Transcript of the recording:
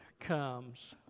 comes